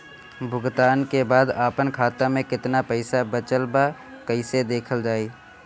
भुगतान के बाद आपन खाता में केतना पैसा बचल ब कइसे देखल जाइ?